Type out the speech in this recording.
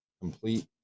complete